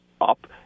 up